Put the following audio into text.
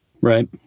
Right